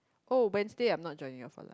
oh Wednesday I'm not joining you all for lunch